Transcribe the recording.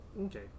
okay